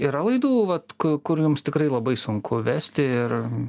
yra laidų vat kur jums tikrai labai sunku vesti ir